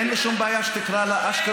אין לי שום בעיה שתקרא לה אשקלון,